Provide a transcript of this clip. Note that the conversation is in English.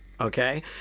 Okay